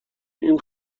این